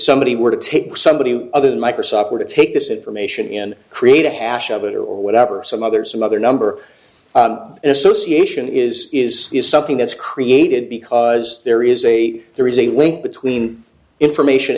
somebody were to take somebody other than microsoft were to take this information and create a hash of it or or whatever some other some other number association is is is something that's created because there is a there is a link between information